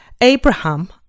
Abraham